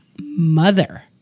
mother